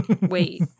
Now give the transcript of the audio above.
wait